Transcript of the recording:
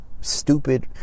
stupid